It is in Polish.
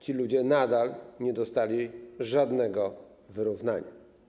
Ci ludzie nadal nie dostali żadnego wyrównania.